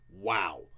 wow